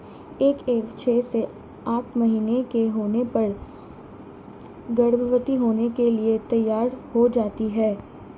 एक ईव छह से आठ महीने की होने पर गर्भवती होने के लिए तैयार हो जाती है